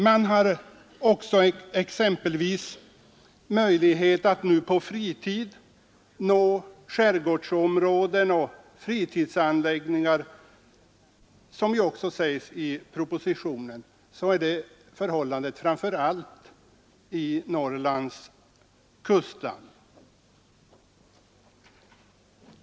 Man har också exempelvis möjlighet att på fritid nå skärgårdsområden och fritidsanläggningar. Så är förhållandet framför allt i Norrlands kustland.